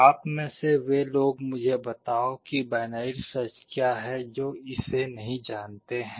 आप में से वे लोग मुझे बताओ कि बाइनरी सर्च क्या है जो इसे नहीं जानते हैं